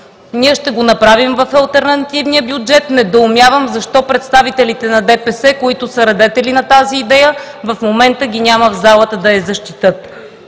Ние ще го направим в алтернативния бюджет. Недоумявам защо представителите на ДПС, които са радетели на тази идея, в момента ги няма в залата, за да я защитят.